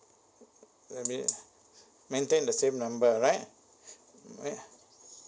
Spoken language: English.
maybe maintain the same number right mm ya